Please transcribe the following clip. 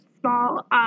small